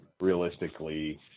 realistically